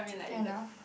fair enough